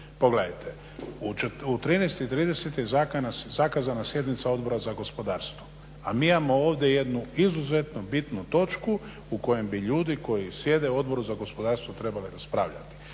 Pogledajte, u 13,30 je zakazana sjednica Odbora za gospodarstvo, a mi imamo ovdje jednu izuzetno bitnu točku u kojoj bi ljudi koji sjede u Odboru za gospodarstvo trebali raspravljati.